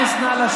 בושה.